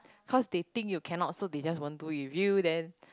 cause they think you cannot so they just won't do it with you then